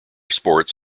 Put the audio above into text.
sports